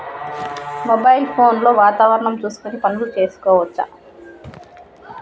Mobile phone లో వాతావరణం చూసుకొని పనులు చేసుకోవచ్చా?